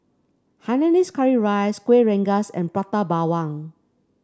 Hainanese Curry Rice Kueh Rengas and Prata Bawang